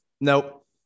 Nope